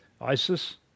Isis